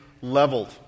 leveled